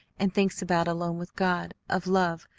and thinks about alone with god of love,